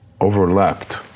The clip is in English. overlapped